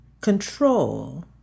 Control